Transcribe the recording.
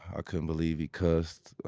i couldn't believe he cussed.